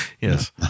yes